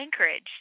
Anchorage